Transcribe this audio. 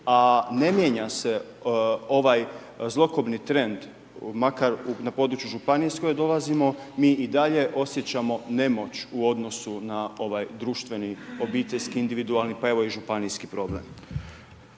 a ne mijenja se ovaj zlokobni trend makar na području županije iz koje dolazimo, mi i dalje osjećamo nemoć u odnosu na ovaj društveni obiteljski individualni pa evo i županijski problem.